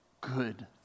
good